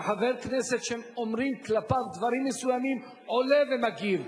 שחבר כנסת שאומרים כלפיו דברים מסוימים עולה ומגיב.